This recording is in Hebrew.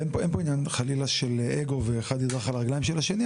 אין פה עניין חלילה של אגו ושאחד ידרוך על הרגליים של השני,